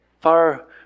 Far